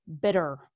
bitter